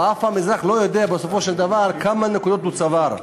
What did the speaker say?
ואף פעם האזרח לא יודע בסופו של דבר כמה נקודות הוא צבר.